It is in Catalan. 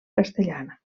castellana